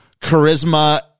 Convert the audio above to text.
Charisma